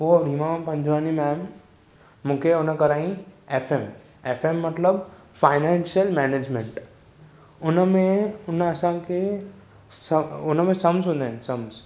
उहा रीमा पंजवानी मेम मूंखे हुन करायांइ एफ एम एफ एम मतिलबु फाइनेंसियल मैनेजमेंट हुन में हुन असांखे सम हुनमें संम्स हूंदा आहिनि संम्स